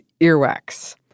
earwax